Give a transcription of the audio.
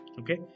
Okay